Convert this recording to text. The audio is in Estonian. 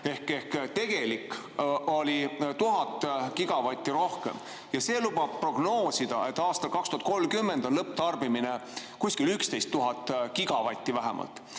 tegelikult oli 1000 gigavatti rohkem. See lubab prognoosida, et aastal 2030 on lõpptarbimine kuskil 11 000 gigavatti vähemalt.